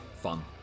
fun